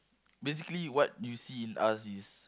basically what you see in us is